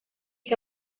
que